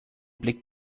blick